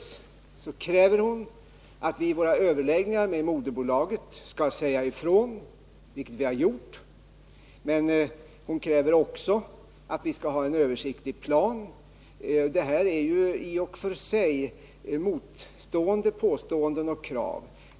Dels kräver hon att vi i vära överläggningar med moderbolaget skall sä rän — vilket vi har gjort —, dels kräver hon att vi också skall ha en översiktlig plan. Det hä r är ju i och för sig motsägande påståenden och krav.